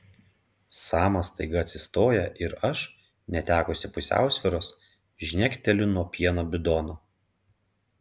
samas staiga atsistoja ir aš netekusi pusiausvyros žnekteliu nuo pieno bidono